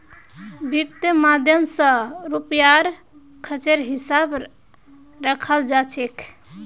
वित्त माध्यम स रुपयार खर्चेर हिसाब रखाल जा छेक